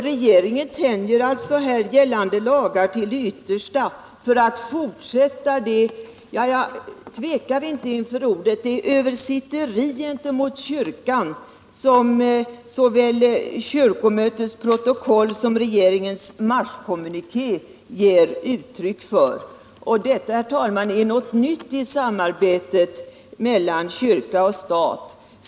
Regeringen tänjer gällande lagar till det yttersta för att tyvärr fortsätta det — jag tvekar inte inför ordet — översitteri gentemot kyrkan, som redan kyrkomötets protokoll och regeringens marskommuniké ger uttryck för. Detta, herr talman, är något nytt i samarbetet mellan kyrka och stat.